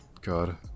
God